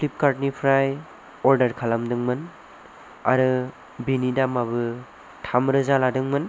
Flipkart निफ्राय order खालामदोंमोन आरो बेनि दामाबो थाम रोजा लादोंमोन